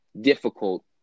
difficult